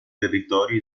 territorio